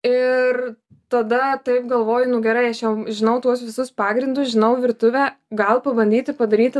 ir tada taip galvoju nu gerai aš jau žinau tuos visus pagrindus žinau virtuvę gal pabandyti padaryti